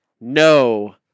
No